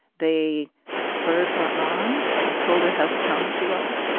they spurred her on and told her how strong she was.